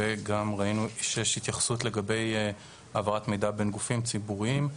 גם ראינו שיש התייחסות לגבי העברת מידע בין גופים ציבוריים,